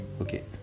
Okay